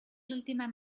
l’ultima